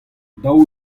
daou